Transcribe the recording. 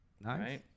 nice